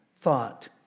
thought